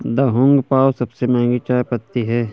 Da Hong पाओ सबसे महंगी चाय पत्ती है